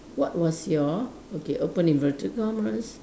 what was your okay open inverted commas